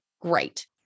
great